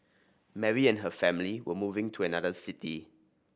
Mary and her family were moving to another city